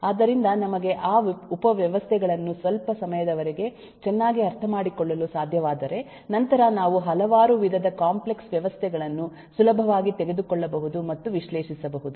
ಆದ್ದರಿಂದ ನಮಗೆ ಆ ಉಪವ್ಯವಸ್ಥೆಗಳನ್ನು ಸ್ವಲ್ಪ ಸಮಯದವರೆಗೆ ಚೆನ್ನಾಗಿ ಅರ್ಥಮಾಡಿಕೊಳ್ಳಲು ಸಾಧ್ಯವಾದರೆ ನಂತರ ನಾವು ಹಲವಾರು ವಿಧದ ಕಾಂಪ್ಲೆಕ್ಸ್ ವ್ಯವಸ್ಥೆಗಳನ್ನು ಸುಲಭವಾಗಿ ತೆಗೆದುಕೊಳ್ಳಬಹುದು ಮತ್ತು ವಿಶ್ಲೇಷಿಸಬಹುದು